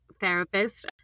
therapist